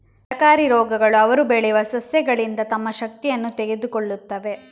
ತರಕಾರಿ ರೋಗಗಳು ಅವರು ಬೆಳೆಯುವ ಸಸ್ಯಗಳಿಂದ ತಮ್ಮ ಶಕ್ತಿಯನ್ನು ತೆಗೆದುಕೊಳ್ಳುತ್ತವೆ